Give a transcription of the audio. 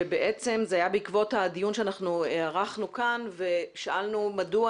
זה היה בעקבות הדיון שאנחנו ערכנו כאן ושאלנו מדוע